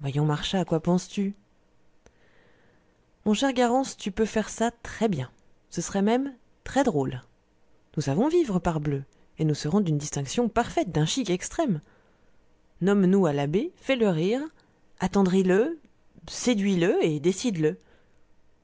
voyons marchas a quoi penses-tu mon cher garens tu peux faire ça très bien ce serait même très drôle nous savons vivre parbleu et nous serons d'une distinction parfaite d'un chic extrême nomme nous à l'abbé fais-le rire attendris le séduis le et décide le